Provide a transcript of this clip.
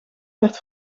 werd